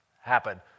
happen